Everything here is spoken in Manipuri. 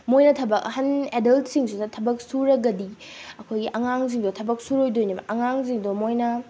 ꯃꯣꯏꯅ ꯊꯕꯛ ꯑꯍꯜ ꯑꯦꯗꯜꯁꯤꯡꯁꯤꯅ ꯊꯕꯛ ꯁꯨꯔꯒꯗꯤ ꯑꯩꯈꯣꯏꯒꯤ ꯑꯉꯥꯡꯁꯤꯡꯗꯣ ꯊꯕꯛ ꯁꯨꯔꯣꯏꯗꯣꯏꯅꯦꯕ ꯑꯉꯥꯡꯁꯤꯡꯗꯣ ꯃꯣꯏꯅ